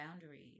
boundaries